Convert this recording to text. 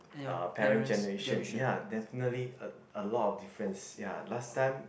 uh parent generation ya definitely a a lot of difference ya last time